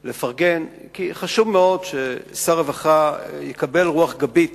לפרגן, כי חשוב מאוד ששר הרווחה יקבל רוח גבית